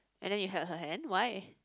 and then you held her hand why